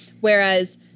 Whereas